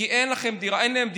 כי אין להם דירה,